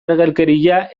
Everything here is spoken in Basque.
ergelkeria